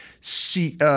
See